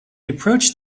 approached